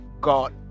God